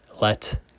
Let